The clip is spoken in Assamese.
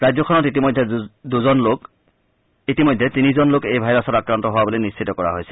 ৰাজ্যখনত ইতিমধ্যে তিনিজন লোক এই ভাইৰাছত আক্ৰান্ত হোৱা বুলি নিশ্চিত কৰা হৈছে